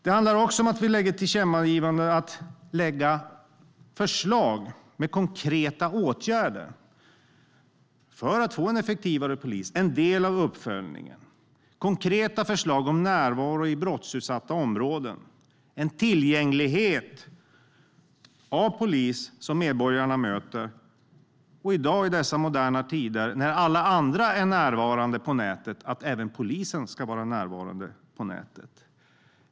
Ett tillkännagivande handlar om att lägga fram förslag till konkreta åtgärder för att få en effektivare polisorganisation. Det ska vara en del av uppföljningen. Det handlar om konkreta förslag om närvaro i brottsutsatta områden, att medborgarna ska möta en tillgänglig polisorganisation. I dessa moderna tider när alla andra är närvarande på nätet ska även polisen vara närvarande på nätet.